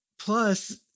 Plus